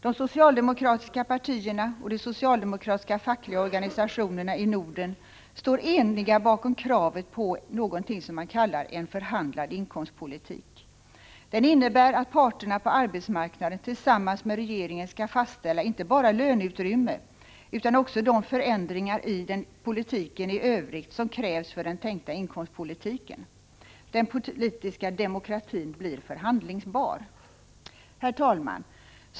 De socialdemokratiska partierna och de socialdemokratiska fackliga organisationerna i Norden står eniga bakom kravet på något som man kallar en ”förhandlad inkomstpolitik”. Den innebär att parterna på arbetsmarknaden tillsammans med regeringen skall fastställa inte bara löneutrymme utan också de förändringar i politiken i övrigt som krävs för den tänkta inkomstpolitiken. Den politiska demokratin blir förhandlingsbar. Herr talman!